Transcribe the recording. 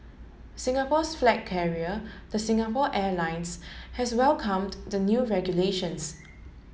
Singapore's flag carrier the Singapore Airlines has welcomed the new regulations